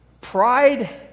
pride